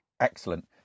Excellent